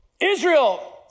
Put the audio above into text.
Israel